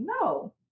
No